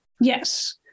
Yes